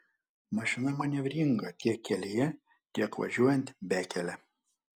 mašina manevringa tiek kelyje tiek važiuojant bekele